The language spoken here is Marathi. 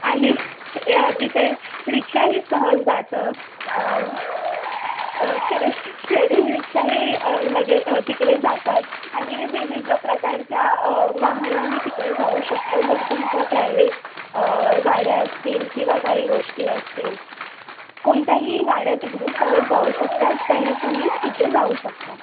आणि ए अ तिथे रिक्षाही सहज जातं शे शेअरिंग रिक्षाही लगे तिकडे जातात आणि विविध प्रकारच्या वाहनही तिकडे जाऊ शकतं जर तुमचं प्रायवेट गाड्या असतील किंवा काही गोष्टी असतील कोणत्याही गाड्या तिकडे सहज जाऊ शकतात त्यांनी तुम्ही तिथे जाऊ शकता